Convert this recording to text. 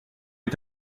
est